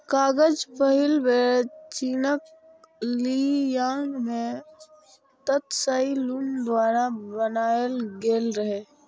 कागज पहिल बेर चीनक ली यांग मे त्साई लुन द्वारा बनाएल गेल रहै